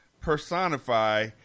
personify